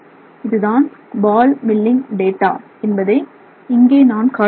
இதுதான் வழக்கமான ball milling data என்பதை இங்கே நான் காட்டியுள்ளேன்